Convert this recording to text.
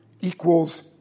equals